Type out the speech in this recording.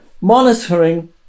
monitoring